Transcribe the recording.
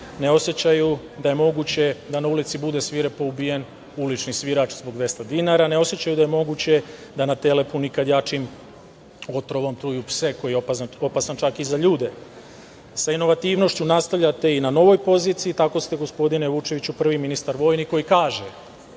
ne osećaju da je moguće da na ulicu bude svirepo ubijen ulični svirač zbog 200 dinara, ne osećaju da je moguće da na Telepu nikad jačim otrovom truju pse koji je opasan čak i za ljude. Sa inovativnošću nastavljate na novoj poziciji i tako ste, gospodine Vučeviću, prvi ministar vojni koji kaže